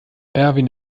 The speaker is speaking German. erwin